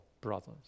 brothers